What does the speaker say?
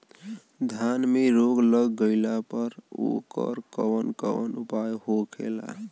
धान में रोग लग गईला पर उकर कवन कवन उपाय होखेला?